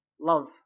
love